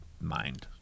mind